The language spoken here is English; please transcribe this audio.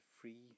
free